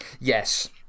Yes